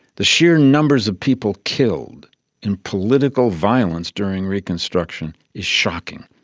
the sheer numbers of people killed in political violence during reconstruction is shocking.